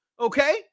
Okay